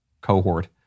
cohort